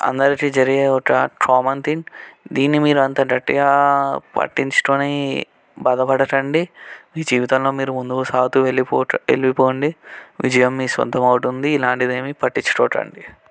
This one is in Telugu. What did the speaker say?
అందరికీ జరిగే ఒక కామన్ థింగ్ దీన్ని మీరు అంత గట్టిగా పట్టించుకొని బాధపడకండి జీవితంలో మీరు ముందుకు సాగుతూ వెళ్ళిపో వెళ్ళిపోండి విజయం మీ సొంతం అవుతుంది ఇలాంటిదేమీ పట్టించుకోకండి